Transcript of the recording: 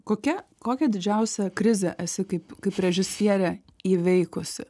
kokia kokią didžiausią krizę esi kaip kaip režisierė įveikusi